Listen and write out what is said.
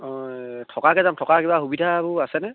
অঁ থকাকৈ যাম থকাৰ কিবা সুবিধাবোৰ আছেনে